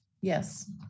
Yes